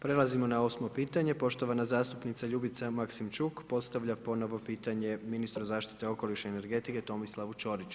Prelazimo na nosimo pitanje, poštovana zastupnica Ljubica Maksimčuk postavlja ponovno pitanje ministru zaštite okoliša i energetike, Tomislavu Čoriću.